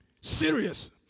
Serious